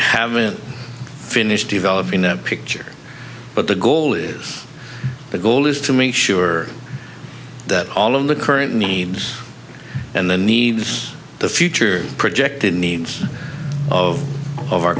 haven't finished developing the picture but the goal is the goal is to make sure that all of the current needs and the needs the future projected needs of of our